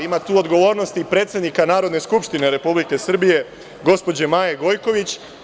Ima tu odgovornosti i predsednika Narodne skupštine Republike Srbije, gospođe Maje Gojković.